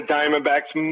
Diamondbacks